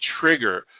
trigger